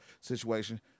situation